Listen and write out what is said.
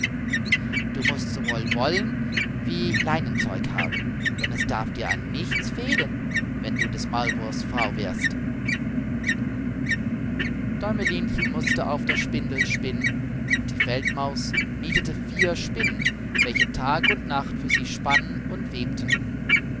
du mußt sowohl wollen wie leinenzeug haben denn es darf dir an nichts fehlen wenn du des maulwurfs frau wirst däumelinchen mußte auf der spindel spinnen und die feldmaus mietete vier spinnen welche tag und nacht für sie spannen und webten